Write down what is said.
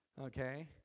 okay